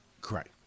correct